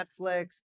Netflix